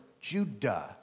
Judah